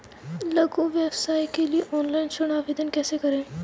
लघु व्यवसाय के लिए ऑनलाइन ऋण आवेदन कैसे करें?